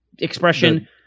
expression